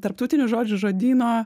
tarptautinių žodžių žodyno